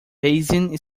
bayesian